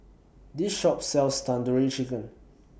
This Shop sells Tandoori Chicken